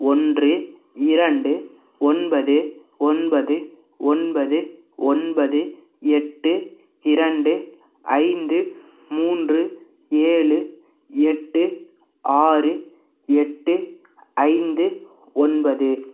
ஒன்று இரண்டு ஒன்பது ஒன்பது ஒன்பது ஒன்பது எட்டு இரண்டு ஐந்து மூன்று ஏழு எட்டு ஆறு எட்டு ஐந்து ஒன்பது